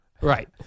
right